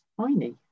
tiny